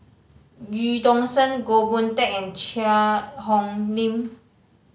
Eu Tong Sen Goh Boon Teck and Cheang Hong Lim